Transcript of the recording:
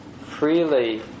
freely